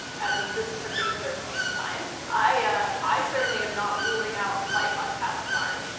as of this particular point in time, i certainly am not ruling out life on past mars.